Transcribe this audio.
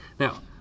Now